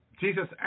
Jesus